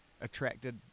attracted